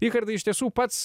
richardai iš tiesų pats